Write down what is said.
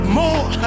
more